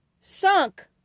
sunk